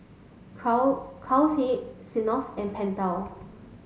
Smirnoff and Pentel